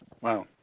Wow